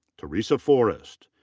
teresa forrest.